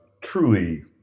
truly